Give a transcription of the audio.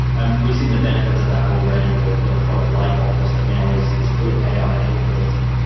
and we've seen the benefits of that already with with a product like office that now is is full of ai capability.